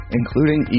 including